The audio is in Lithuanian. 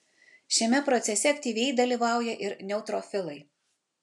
šiame procese aktyviai dalyvauja ir neutrofilai